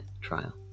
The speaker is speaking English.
trial